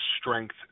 strength